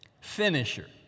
Finisher